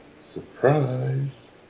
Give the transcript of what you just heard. Surprise